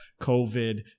COVID